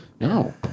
No